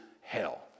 hell